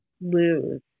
lose